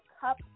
cup